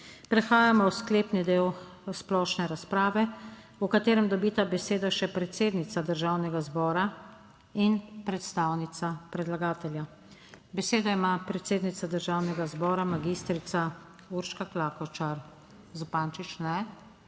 Prehajamo v sklepni del splošne razprave, v katerem dobita besedo še predsednica Državnega zbora in predstavnica predlagatelja. Besedo ima predsednica državnega zbora, magistrica Urška Klakočar Zupančič. Ne,